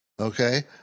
Okay